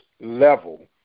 level